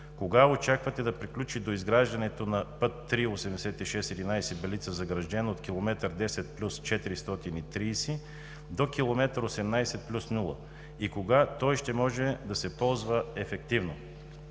Кога очаквате да приключи доизграждането на път III-8611 Белица – Загражден от км 10+430 до км 18+000 и кога той ще може да се ползва ефективно?